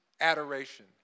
adoration